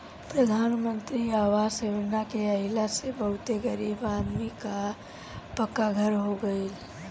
प्रधान मंत्री आवास योजना के आइला से बहुते गरीब आदमी कअ पक्का घर हो गइल